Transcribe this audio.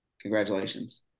Congratulations